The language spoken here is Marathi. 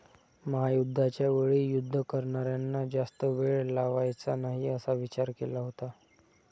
महायुद्धाच्या वेळी युद्ध करारांना जास्त वेळ लावायचा नाही असा विचार केला होता